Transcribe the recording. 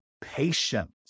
patience